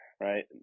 right